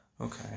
Okay